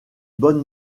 bonne